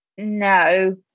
no